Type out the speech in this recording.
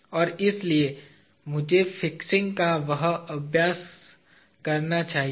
और इसलिए मुझे फिक्सिंग का वह अभ्यास करने चाहिए